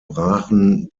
brachen